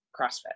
CrossFit